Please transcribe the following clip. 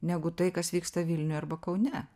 negu tai kas vyksta vilniuje arba kaune